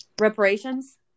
reparations